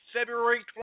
February